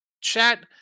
Chat